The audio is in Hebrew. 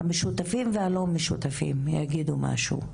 המשותפים והלא משותפים, יגידו משהו.